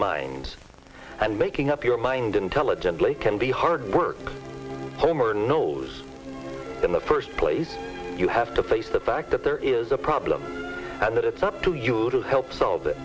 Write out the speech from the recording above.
minds and making up your mind intelligently can be hard work homer knows in the first place you have to face the fact that there is a problem and that it's up to you to help solve